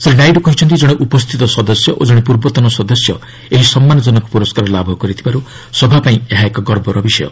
ଶ୍ରୀ ନାଇଡୁ କହିଛନ୍ତି ଜଣେ ଉପସ୍ଥିତ ସଦସ୍ୟ ଓ ଜଣେ ପୂର୍ବତନ ସଦସ୍ୟ ଏହି ସମ୍ମାନଜନକ ପୁରସ୍କାର ଲାଭ କରିଥିବାରୁ ସଭାପାଇଁ ଏହା ଏକ ଗର୍ବର ବିଷୟ